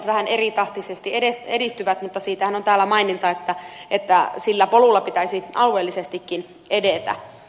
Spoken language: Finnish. vähän eritahtisesti ne edistyvät mutta siitähän on täällä mainita että sillä polulla pitäisi alueellisestikin edetä